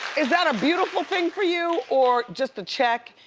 is that a beautiful thing for you or just a check,